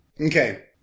Okay